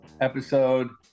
episode